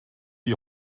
die